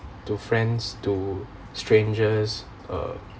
to friends to strangers uh